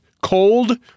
Cold